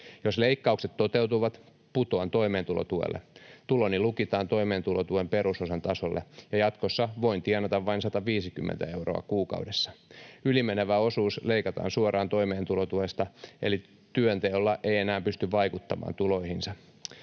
Jos leikkaukset toteutuvat, putoan toimeentulotuelle. Tuloni lukitaan toimeentulotuen perusosan tasolle, ja jatkossa voin tienata vain 150 euroa kuukaudessa. Yli menevä osuus leikataan suoraan toimeentulotuesta, eli työnteolla ei enää pysty vaikuttamaan tuloihinsa.